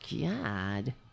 God